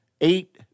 eight